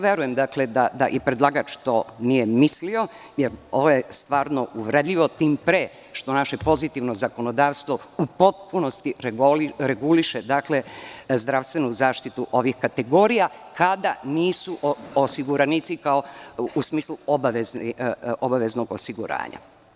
Verujem da i predlagač to nije mislio, jer ovo je stvarno uvredljivo, tim pre što naše pozitivno zakonodavstvo u potpunosti reguliše zdravstvenu zaštitu ovih kategorija kada nisu osiguranici u smislu obaveznog osiguranja.